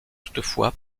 toutefois